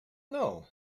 know